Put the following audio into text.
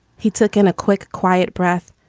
he took in a quick, quiet breath.